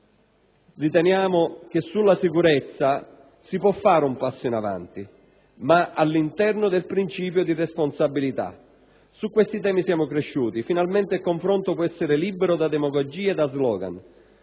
riteniamo che sulla sicurezza si possa fare un passo in avanti, ma all'interno del principio di responsabilità. Su questi temi siamo cresciuti, finalmente il confronto può essere libero da demagogie e da *slogan*.